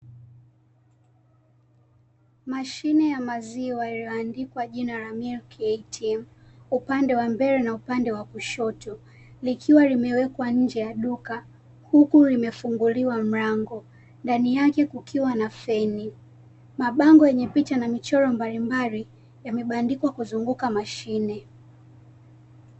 Mashine ya maziwa iliyoandikwa jina la milk atm upande wa mbele na upande wa kushoto, likiwa limewekwa nje ya duka huku limefunguliwa mlango ndani yake kukiwa na feni, mabango yenye picha na michoro mbalimbali yamebandikwa kuzunguka mashine.